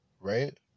right